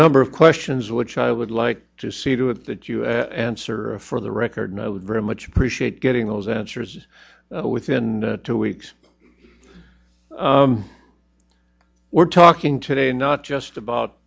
number of questions which i would like to see to it that you answer for the record i would very much appreciate getting those answers within two weeks we're talking today not just about